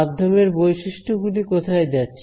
মাধ্যমের বৈশিষ্ট্য গুলি কোথায় যাচ্ছে